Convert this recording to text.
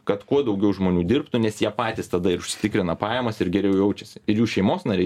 kad kuo daugiau žmonių dirbtų nes jie patys tada ir užsitikrina pajamas ir geriau jaučiasi ir jų šeimos nariai